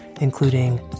including